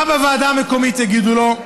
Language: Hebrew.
מה בוועדה המקומית יגידו לו?